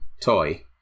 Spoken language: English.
Toy